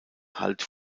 halt